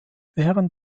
während